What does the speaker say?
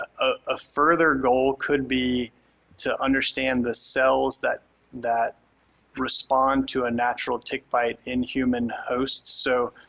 ah a further goal could be to understand the cells that that respond to a natural tick bite in human hosts. so